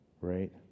right